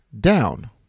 down